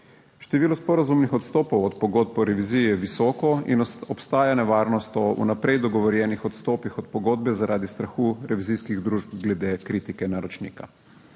Število sporazumnih odstopov od pogodb o reviziji je visoko in obstaja nevarnost o vnaprej dogovorjenih odstopih od pogodbe zaradi strahu revizijskih družb glede kritike naročnika.